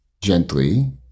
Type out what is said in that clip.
gently